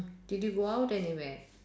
did you go out anywhere